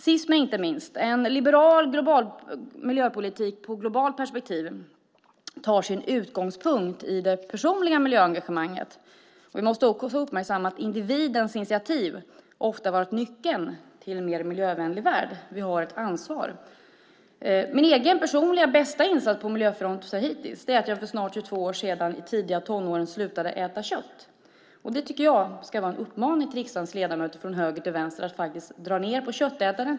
Sist men inte minst tar en liberal miljöpolitik med globalt perspektiv sin utgångspunkt i det personliga miljöengagemanget. Vi måste uppmärksamma att individens initiativ ofta är nyckeln till en mer miljövänlig värld. Vi har ett ansvar. Min bästa personliga insats på miljöfronten hittills är att jag för 22 år sedan, i de tidiga tonåren, slutade att äta kött. Jag uppmanar riksdagens ledamöter från höger till vänster att dra ned på köttätandet.